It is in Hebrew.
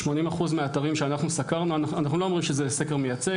אנחנו לא אומרים שזה סקר מייצג,